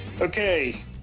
Okay